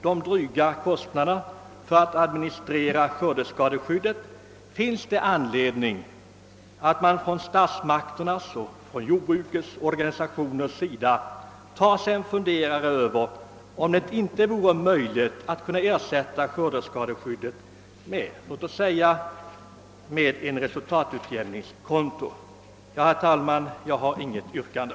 De dryga kostnaderna för att administrera skördeskadeskyddet bör ge statsmakterna och jordbrukets organisationer anledning att ta sig en funderare på om det inte vore möjligt att ersätta . skördeskadeskyddet med låt oss säga ett resultatutjämningskonto kombinerat med ett katastrofskydd. Herr talman! Jag har intet yrkande.